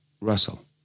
Russell